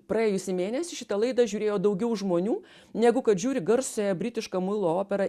praėjusį mėnesį šitą laidą žiūrėjo daugiau žmonių negu kad žiūri garsiąją britišką muilo operą